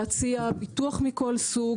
להציע ביטוח מכל סוג.